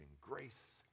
grace